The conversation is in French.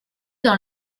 dans